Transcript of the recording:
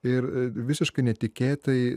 ir visiškai netikėtai